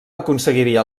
aconseguiria